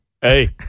Hey